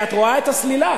את רואה את הסלילה,